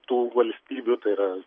tų valstybių tai yra